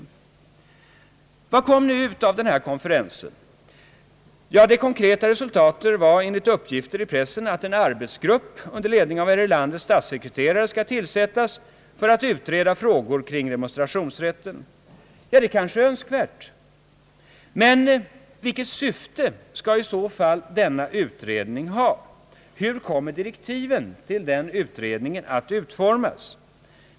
Vad kom nu ut av denna konferens? Enligt uppgifter i pressen var det konkreta resultatet att en arbetsgrupp under ledning av herr Erlanders statssekreterare skall tillsättas för att utreda frågor kring demonstrationsrätten. Ja, det är kanske önskvärt. Men vilket syfte skall i så fall denna utredning ha? Hur kommer direktiven till den utredningen att utformas?